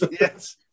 Yes